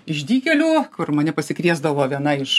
išdykėlių kur mane pasikviesdavo viena iš